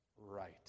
right